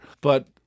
but-